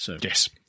Yes